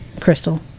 Crystal